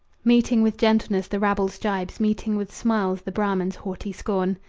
meeting with gentleness the rabble's gibes, meeting with smiles the brahman's haughty scorn.